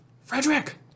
Frederick